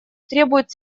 требуют